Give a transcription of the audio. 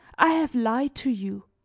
i have lied to you,